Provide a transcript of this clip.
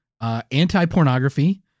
anti-pornography